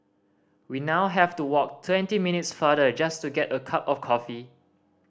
we now have to walk twenty minutes farther just to get a cup of coffee